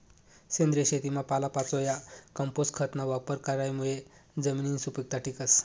सेंद्रिय शेतीमा पालापाचोया, कंपोस्ट खतना वापर करामुये जमिननी सुपीकता टिकस